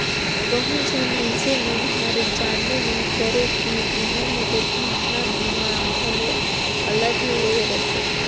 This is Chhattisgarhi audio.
बहुत झन मइनसे मन हर जानबे नइ करे की बीमा मे दुरघटना बीमा घलो अलगे ले रथे